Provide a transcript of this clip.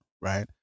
right